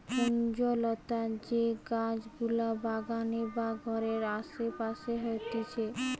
কুঞ্জলতা যে গাছ গুলা বাগানে বা ঘরের আসে পাশে হতিছে